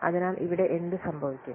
അതിനാൽ ഇവിടെ എന്ത് സംഭവിക്കും